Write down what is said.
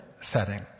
setting